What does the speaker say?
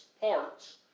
parts